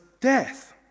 death